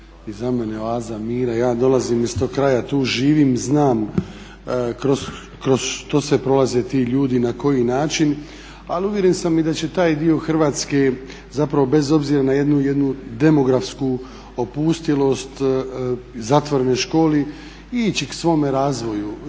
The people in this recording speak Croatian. za mene oaza mira. Ja dolazim iz tog kraja, tu živim, znam kroz što sve prolaze ti ljudi, na koji način, ali uvjeren sam i da će taj dio Hrvatske zapravo bez obzira na jednu demografsku opustjelost zatvorenoj školi ići k svome razvoju